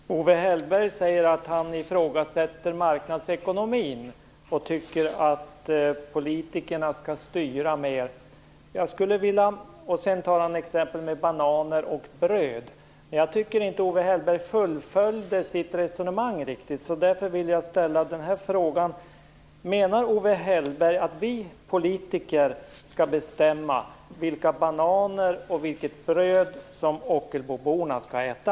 Fru talman! Owe Hellberg säger att han ifrågasätter marknadsekonomin och tycker att politikerna skall styra mer. Sedan tar han exemplen med bananer och bröd. Jag tycker inte riktigt att Owe Hellberg fullföljde sitt resonemang. Därför vill jag ställa frågan: Menar Owe Hellberg att vi politiker skall bestämma vilka bananer och vilket bröd som Ockelboborna skall äta?